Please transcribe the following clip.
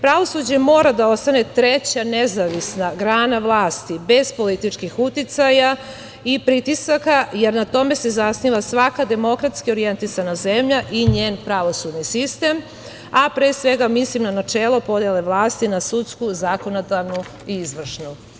Pravosuđe mora da ostane treća nezavisna grana vlasti, bez političkih uticaja i pritisaka, jer na tome se zasniva svaka demokratski orijentisana zemlja i njen pravosudni sistem, a pre svega mislim na načelo podele vlasti na sudsku, zakonodavnu i izvršnu.